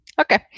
Okay